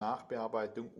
nachbearbeitung